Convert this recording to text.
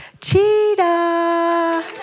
cheetah